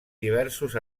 diversos